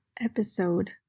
episode